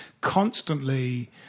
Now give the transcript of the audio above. constantly